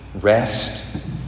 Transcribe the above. rest